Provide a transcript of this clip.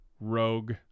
rogue